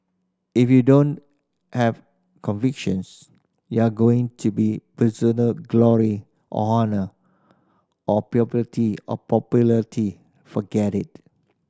if you don't have convictions you are going to be personal glory or honour or or popularity forget it